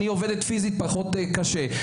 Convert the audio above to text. ועובדת פחות קשה פיזית,